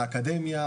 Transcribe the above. האקדמיה,